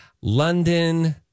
London